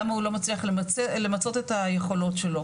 למה הוא לא מצליח למצות את היכולות שלו,